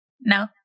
No